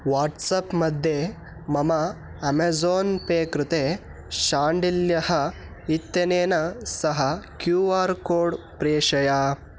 WhatsApp मध्ये मम Amazon Pay कृते शाण्डिल्यः इत्यनेन सह क्यू आर् कोड् प्रेषय